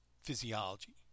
physiology